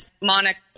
monica